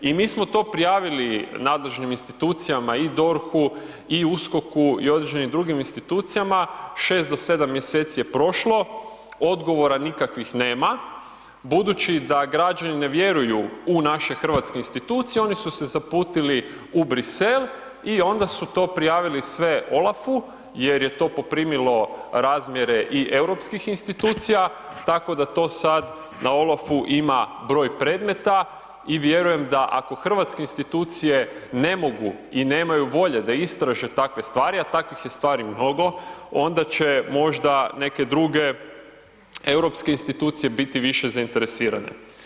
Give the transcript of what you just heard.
I mi smo to prijavili nadležnim institucijama i DORH-u i USKOK-u i određenim drugim institucijama, 6 do 7 mjeseci je prošlo, odgovora nikakvih nema, budući da građanine vjeruju naše hrvatske institucije oni su se zaputili u Bruxelles i onda su to sve prijavili OLAF-u jer je to poprimilo razmjere i europskih institucija tako da to sad na OLAF-u ima broj predmeta i vjerujem da ako hrvatske institucije ne mogu i nemaju volje da istraže takve stvari, a takvih je stvari mnogo onda će možda neke druge europske institucije biti više zainteresirane.